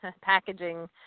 packaging